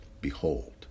Behold